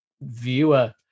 viewer